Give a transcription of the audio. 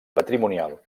patrimonial